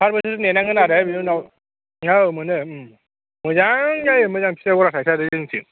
सात बोसोरसो नेनांगोन आरो बिनि उनाव औ मोनो मोजां जायो मोजां फिथाइ बहरा थायथारो जोंनिथिं